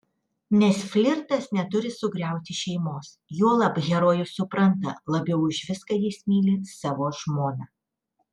nes flirtas neturi sugriauti šeimos juolab herojus supranta labiau už viską jis myli savo žmoną